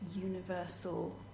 universal